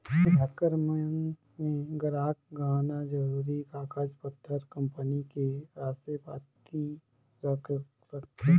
ये लॉकर मन मे गराहक गहना, जरूरी कागज पतर, कंपनी के असे पाती रख सकथें